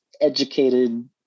educated